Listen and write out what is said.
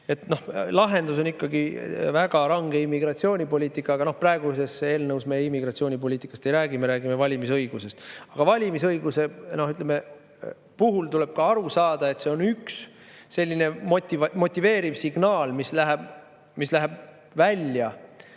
Lahendus on ikkagi väga range immigratsioonipoliitika. Aga praeguses eelnõus me immigratsioonipoliitikast ei räägi, me räägime valimisõigusest. Valimisõiguse puhul tuleb ka aru saada, et see on üks motiveeriv signaal, mis läheb välja